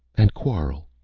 and quarrel. ah,